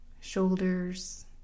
shoulders